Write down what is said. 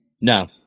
No